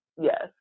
yes